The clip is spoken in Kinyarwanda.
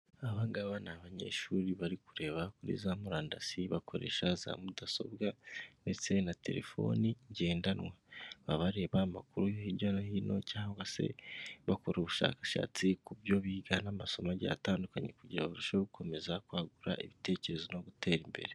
Aba ngaba ni abanyeshuri, bari kureba muri za murandasi, bakoresha za mudasobwa ndetse na telefoni ngendanwa, baba bareba amakuru hirya no hino, cyangwa se bakora ubushakashatsi ku byo biga, n'amasomo agiye atandukanye, kugira barusheho gukomeza kwagura ibitekerezo no gutera imbere.